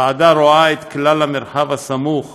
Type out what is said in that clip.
ועדה זו רואה את כלל המרחב הסמוך